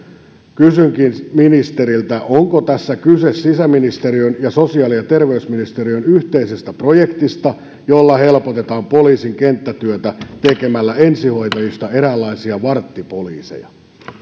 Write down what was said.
kysynkin ministeriltä onko tässä kyse sisäministeriön ja sosiaali ja terveysministeriön yhteisestä projektista jolla helpotetaan poliisin kenttätyötä tekemällä ensihoitajista eräänlaisia varttipoliiseja